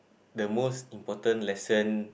the most important lesson